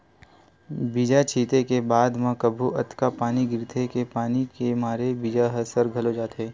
बीजा छिते के बाद म कभू अतका पानी गिरथे के पानी के मारे बीजा ह सर घलोक जाथे